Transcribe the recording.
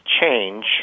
change